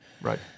Right